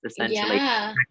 essentially